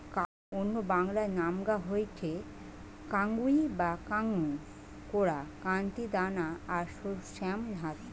কাউনের অন্য বাংলা নামগা হয়ঠে কাঙ্গুই বা কাঙ্গু, কোরা, কান্তি, দানা আর শ্যামধাত